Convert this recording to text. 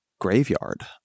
graveyard